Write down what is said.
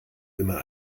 immer